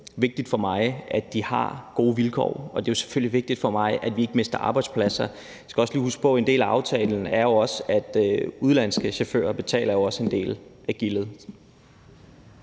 vigtigt for mig, at de har gode vilkår, og det er selvfølgelig vigtigt for mig, at vi ikke mister arbejdspladser. Vi skal også lige huske på, at en del af aftalen jo også er, at udenlandske chauffører også betaler en del af gildet.